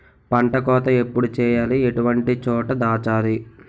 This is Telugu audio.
పంట కోత ఎప్పుడు చేయాలి? ఎటువంటి చోట దాచాలి?